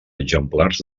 exemplars